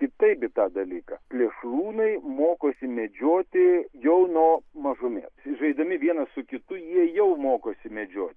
kitaip į tą dalyką plėšrūnai mokosi medžioti jau nuo mažumės žaisdami vienas su kitu jie jau mokosi medžioti